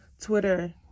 twitter